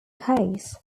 case